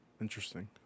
Interesting